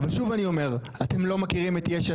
ברגע שאתם באים ואומרים שבוועדת כספים יש שני קולות